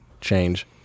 change